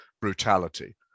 brutality